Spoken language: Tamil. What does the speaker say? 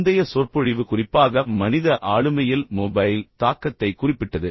முந்தைய சொற்பொழிவு குறிப்பாக மனித ஆளுமையில் மொபைல் தாக்கத்தை குறிப்பிட்டது